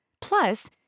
Plus